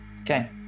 Okay